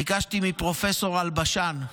ביקשתי מפרופ' אלבשן: